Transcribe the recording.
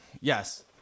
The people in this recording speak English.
Yes